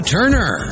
Turner